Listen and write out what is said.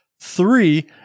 Three